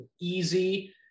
easy